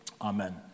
Amen